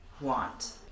want